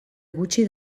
gutxi